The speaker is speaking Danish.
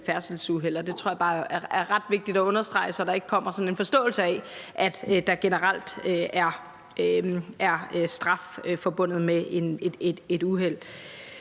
færdselsuheld, og det tror jeg bare er ret vigtigt at understrege, så der ikke kommer sådan en forståelse af, at der generelt er straf forbundet med et uheld.